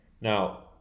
Now